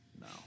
no